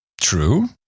True